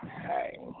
hey